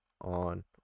on